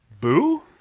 Boo